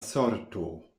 sorto